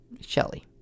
Shelley